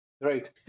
Right